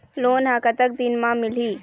Loan ह कतक दिन मा मिलही?